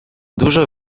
dużo